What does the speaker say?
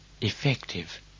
effective